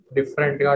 Different